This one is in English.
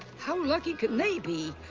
how lucky can they be?